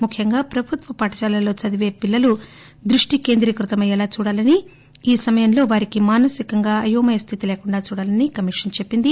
ముఖ్యంగా ప్రభుత్వ పాఠశాలల్లో చదిపే పిల్లలు దృష్టి కేంద్రీకృతమయ్యేలా చూడాలని ఈసమయంలో వారికి మానసికంగా అయోమయ స్లితి లేకుండా చూడాలని కమిషన్ చెప్పింది